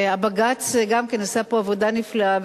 בג"ץ גם כן עשה פה עבודה נפלאה.